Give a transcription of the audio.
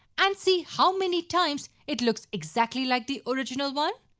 and see how many times it looks exactly like the original one.